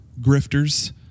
grifters